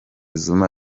zuma